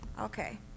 Okay